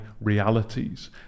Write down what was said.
realities